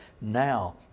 Now